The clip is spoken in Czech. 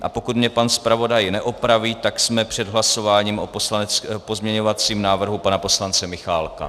A pokud mě pan zpravodaj neopraví, tak jsme před hlasováním o pozměňovacím návrhu pana poslance Michálka.